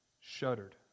shuddered